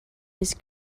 his